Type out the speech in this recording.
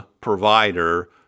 provider